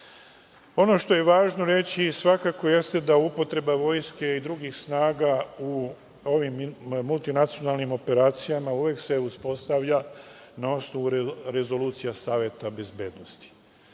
što je važno reći jeste svakako da upotreba vojske i drugih snaga u ovim multinacionalnim operacijama se uvek uspostavlja na osnovu rezolucije Saveta bezbednosti.